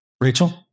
Rachel